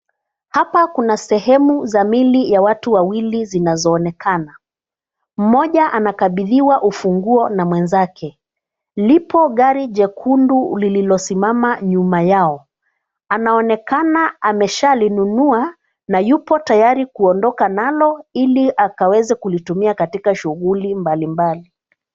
Hapa kuna sehemu za mili ya watu wawili zinazo onekana. Mmoja anakabidhiwa ufunguo na mwenzake. Lipo gari jekundu lilio simama nyuma yao. Anaonekana alishalinunua na yupo tayari kuondoka nalo ili akaweze kulitumia katika shughuli mbalimbali.